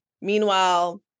Meanwhile